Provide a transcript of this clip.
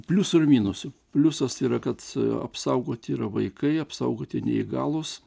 pliusų minusų pliusas yra kad apsaugoti yra vaikai apsaugoti neįgalūs